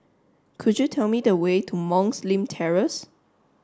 could you tell me the way to Monk's Hill Terrace